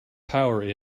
power